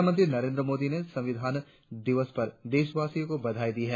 प्रधानमंत्री नरेंद्र मोदी ने संविधाण दिवस पर देशवासियों को बधाई दी है